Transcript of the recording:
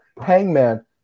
hangman